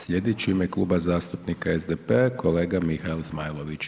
Sljedeći je u ime Kluba zastupnika SDP-a kolega Mihael Zmajlović.